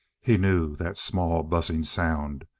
he knew that small, buzzing sound.